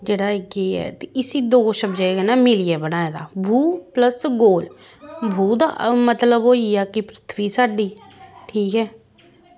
जेह्ड़ा इक एह् ऐ ते इसी दो शब्दें कन्नै मिलियै बनाए दा भू प्लस गोल भू दा मतलब होई गेआ कि पृथ्वी साढ़ी ठीक ऐ